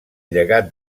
llegat